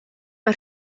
mae